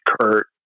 Kurt